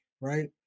right